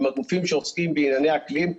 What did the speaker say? עם הגופים שעוסקים בענייני אקלים,